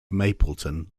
mapleton